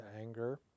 anger